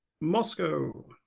Moscow